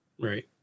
Right